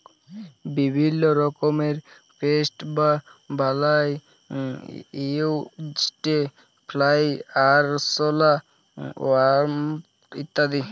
বিভিল্য রকমের পেস্ট বা বালাই হউচ্ছে ফ্লাই, আরশলা, ওয়াস্প ইত্যাদি